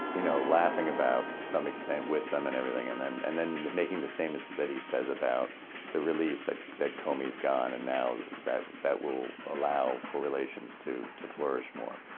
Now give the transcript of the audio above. you know, laughing about, to some extent, with them and everything, and then and then making the statements that he says about the relief that that comey is gone, and now that that will allow for relations to to flourish more.